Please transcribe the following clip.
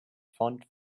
font